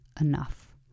enough